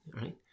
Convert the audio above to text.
right